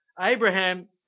Abraham